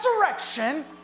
resurrection